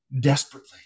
desperately